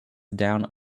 down